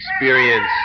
experience